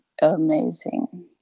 amazing